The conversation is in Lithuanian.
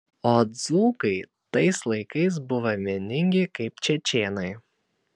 o dzūkai tais laikais buvo vieningi kaip čečėnai